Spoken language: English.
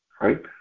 right